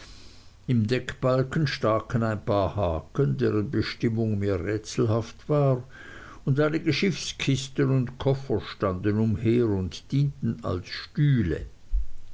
im deckbalken staken ein paar haken deren bestimmung mir rätselhaft war und einige schiffskisten und koffer standen umher und dienten als stühle